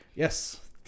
Yes